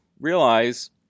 realize